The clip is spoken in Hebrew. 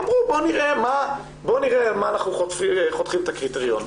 אמרו בואו נראה איך אנחנו חותכים את הקריטריונים.